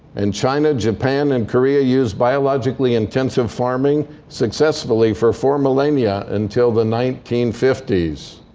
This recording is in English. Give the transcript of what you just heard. and china, japan, and korea used biologically-intensive farming successfully for four millennia until the nineteen fifty s